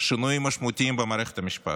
שינויים משמעותיים במערכת המשפט.